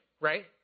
right